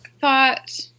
thought